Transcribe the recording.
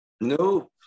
no